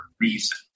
reason